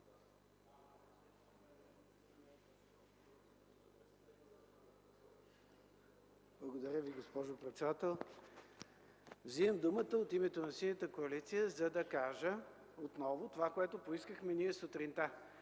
Благодаря, госпожо председател. Вземам думата от името на Синята коалиция, за да кажа отново онова, което поискахме сутринта.